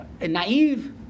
naive